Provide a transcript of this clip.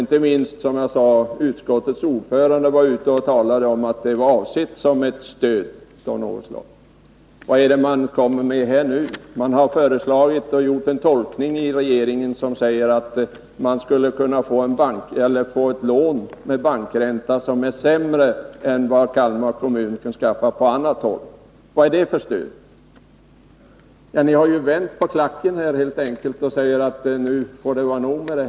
Inte minst utskottets ordförande sade att beslutet avsågs vara ett stöd av något slag. Vad är det man kommer med nu? Jo, man har inom regeringen gjort en tolkning av beslutet som säger att Kalmar kommun skulle kunna få ett lån mot bankränta som är sämre än vad kommunen kan skaffa på annat håll. Vad är det för stöd? Ni har ju helt enkelt vänt på klacken och sagt att nu får det vara nog.